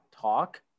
talk